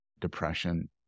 depression